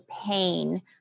pain